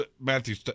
matthew